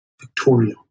Victoria